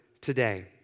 today